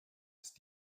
ist